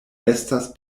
estas